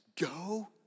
go